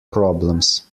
problems